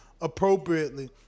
appropriately